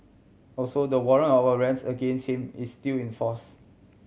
also the warrant of arrest against him is still in force